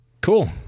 Cool